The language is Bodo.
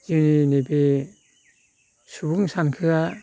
जोंनि बे सुबुं सानखोआ